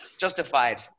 Justified